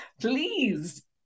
please